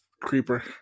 Creeper